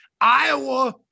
Iowa